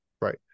Right